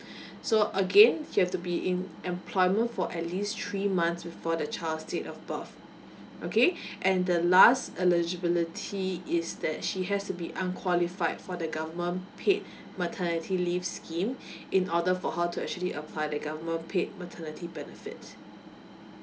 so again you have to be in employment for at least three months before the child set of birth okay and the last eligibility is that she has to be unqualified for the government paid maternity leave scheme in order for her to actually apply the government paid maternity benefits.